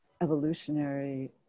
evolutionary